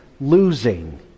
losing